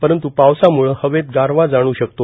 परंतू पावसामूळं हवेत गारवा जाणवू शकतो